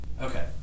Okay